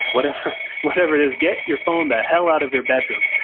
whatever whatever it is. get your phone the hell out of your bedroom,